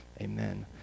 Amen